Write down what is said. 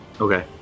Okay